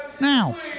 Now